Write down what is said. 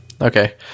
Okay